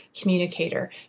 communicator